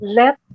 let